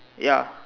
ya